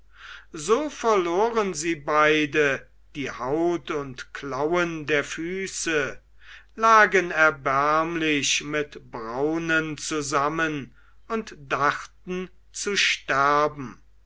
so verloren sie beide die haut und klauen der füße lagen erbärmlich mit braunen zusammen und dachten zu sterben